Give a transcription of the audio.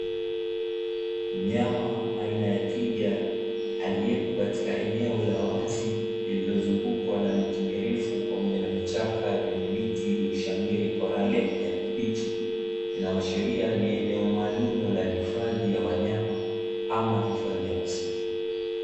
Mnyama aina ya twiga aliyepo katika eneo la wazi, lililozungukwa na miti mirefu pamoja na vichaka vyenye miti iliyoshamiri kwa rangi ya kijani kibichi, inayoashiria ni eneo maalumu la hifadhi ya wanyama ama hifadhi ya misitu.